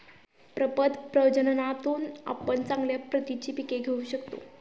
प्रपद प्रजननातून आपण चांगल्या प्रतीची पिके घेऊ शकतो